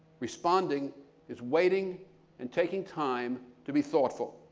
responding is waiting and taking time to be thoughtful.